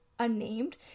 unnamed